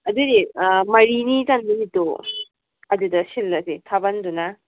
ꯑꯗꯨꯗꯤ ꯃꯔꯤꯅꯤ ꯆꯟꯕ ꯅꯨꯃꯤꯠꯇꯨ ꯑꯗꯨꯗ ꯁꯤꯜꯂꯁꯤ ꯊꯥꯕꯜꯗꯨꯅ